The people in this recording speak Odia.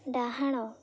ଡାହାଣ